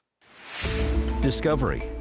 Discovery